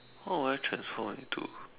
what would I transform into